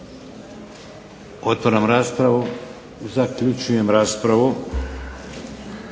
Otvaram raspravu. Zaključujem raspravu.